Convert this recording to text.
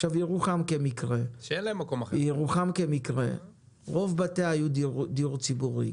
בירוחם לדוגמה רוב בתיה היו דיור ציבורי,